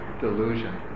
delusion